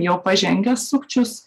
jau pažengęs sukčius